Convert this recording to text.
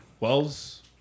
Wells